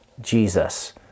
Jesus